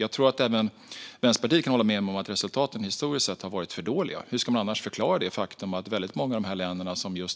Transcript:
Jag tror att även Vänsterpartiet kan hålla med om att resultaten historiskt sett har varit för dåliga. Hur ska man annars förklara det faktum att väldigt många av de länder som